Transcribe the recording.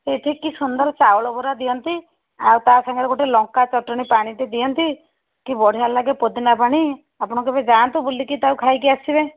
ସେଇଠି କି ସୁନ୍ଦର ଚାଉଳବରା ଦିଅନ୍ତି ଆଉ ତା ସାଙ୍ଗରେ ଗୋଟେ ଲଙ୍କା ଚଟଣୀ ପାଣିଟେ ଦିଅନ୍ତି କି ବଢ଼ିଆ ଲାଗେ ପୋଦିନା ପାଣି ଆପଣ କେବେ ଯାଆନ୍ତୁ ବୁଲିକି ତାକୁ ଖାଇକି ଆସିବେ